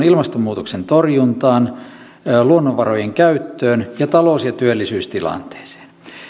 ilmastonmuutoksen torjuntaan luonnonvarojen käyttöön ja talous ja työllisyystilanteeseen